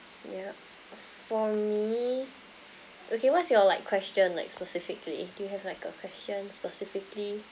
yeah for me okay what's your like question like specifically do you have like a question specifically